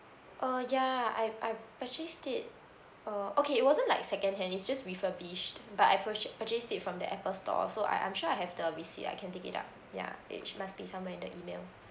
uh ya I I purchased it uh okay it wasn't like secondhand it's just refurbished but I purcha~ purchased it from the apple store so I I'm sure I have the receipt I can dig it out ya it must be somewhere in the email